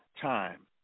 time